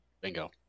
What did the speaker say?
Bingo